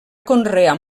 conrear